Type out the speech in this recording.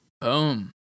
Boom